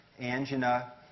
angina